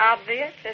obvious